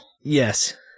Yes